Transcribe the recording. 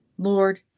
Lord